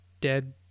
dead